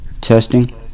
Testing